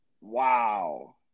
Wow